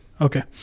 Okay